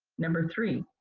number three,